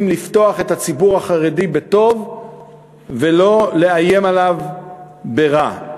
לפתוח את הציבור החרדי בטוב ולא לאיים עליו ברע.